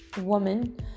woman